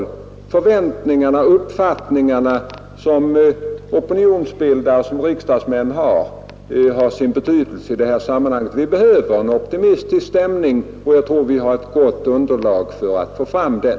De förväntningar och uppfattningar som vi riksdagsmän och opinionsbildare har blir betydelsefulla i det här sammanhanget. Vi behöver en optimistisk stämning, och jag tror att vi har ett gott underlag för att nu visa en sådan.